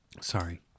sorry